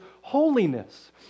holiness